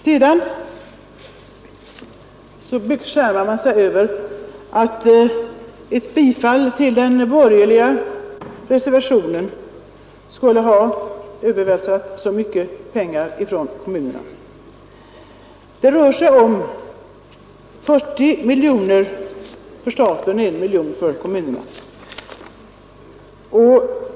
Man säger att ett bifall till den borgerliga reservationen skulle ha övervältrat en stor del av kostnaderna från kommunerna till staten. Det rör sig om 40 miljoner för staten och 1 miljon för kommunerna.